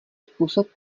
způsob